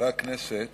חברי הכנסת,